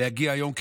להגיע היום,